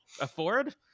afford